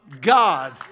God